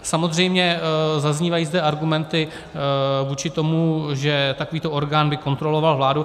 Samozřejmě zaznívají zde argumenty vůči tomu, že takovýto orgán by kontroloval vládu.